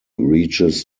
reaches